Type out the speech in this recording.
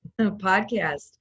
podcast